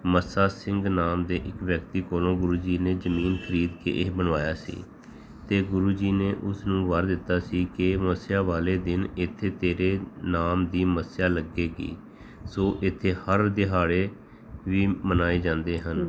ਮੱਸਾ ਸਿੰਘ ਨਾਮ ਦੇ ਇੱਕ ਵਿਅਕਤੀ ਕੋਲੋਂ ਗੁਰੂ ਜੀ ਨੇ ਜ਼ਮੀਨ ਖਰੀਦ ਕੇ ਇਹ ਬਣਵਾਇਆ ਸੀ ਅਤੇ ਗੁਰੂ ਜੀ ਨੇ ਉਸ ਨੂੰ ਵਰ ਦਿੱਤਾ ਸੀ ਕਿ ਮੱਸਿਆ ਵਾਲੇ ਦਿਨ ਇੱਥੇ ਤੇਰੇ ਨਾਮ ਦੀ ਮੱਸਿਆ ਲੱਗੇਗੀ ਸੋ ਇੱਥੇ ਹਰ ਦਿਹਾੜੇ ਵੀ ਮਨਾਏ ਜਾਂਦੇ ਹਨ